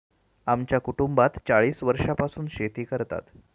आमच्या कुटुंबात चाळीस वर्षांपासून शेती करतात